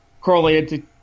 correlated